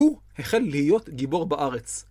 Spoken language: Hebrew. הוא החל להיות גיבור בארץ.